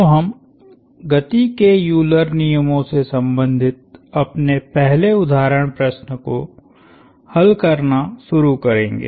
तो हम गति के यूलर नियमों से संबंधित अपने पहले उदाहरण प्रश्न को हल करना शुरू करेंगे